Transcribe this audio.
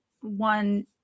one